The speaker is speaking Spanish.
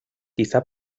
quizá